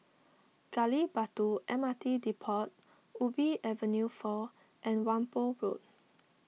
Gali Batu M R T Depot Ubi Avenue four and Whampoa Road